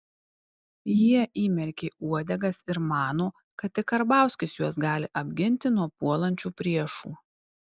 jie įmerkė uodegas ir mano kad tik karbauskis juos gali apginti nuo puolančių priešų